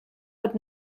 would